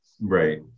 Right